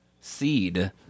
seed